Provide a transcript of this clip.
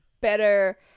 better